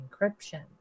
encryption